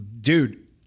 dude